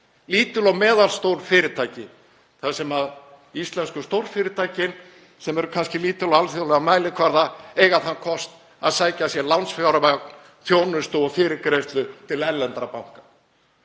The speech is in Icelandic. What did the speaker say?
lítil og meðalstór fyrirtæki, þar sem íslensku stórfyrirtækin, sem eru kannski lítil á alþjóðlegan mælikvarða, eiga þann kost að sækja sér lánsfjármagn, þjónustu og fyrirgreiðslu til erlendra banka.